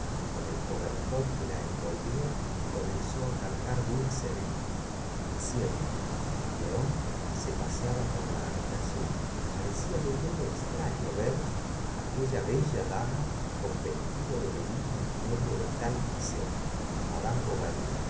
con el cobertor que la enyolvia y comenzó cantar dulcemente meciéndola león se paseaba por la habitación pareciale muy extraño ver á aquella bella dama con vestido de merino en medio de tal miseria madame bovary